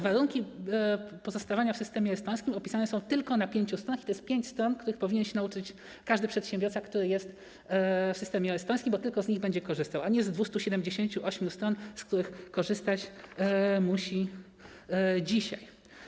Warunki pozostawania w systemie estońskim opisane są tylko na pięciu stronach i to jest pięć stron, których powinien się nauczyć każdy przedsiębiorca, który jest w systemie estońskim, bo tylko z nich będzie korzystał, a nie z 278 stron, z których korzystać musi dzisiaj.